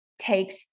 takes